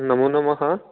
नमो नमः